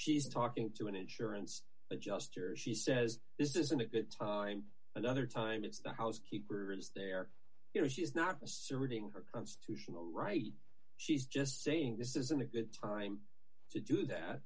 she's talking to an insurance adjuster she says this isn't a good time another time it's the housekeeper is there you know she's not posts are reading her constitutional right she's just saying this isn't a good time to do that